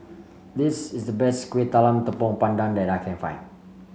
this is the best Kueh Talam Tepong Pandan that I can find